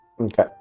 Okay